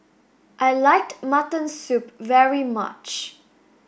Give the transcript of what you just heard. I like mutton soup very much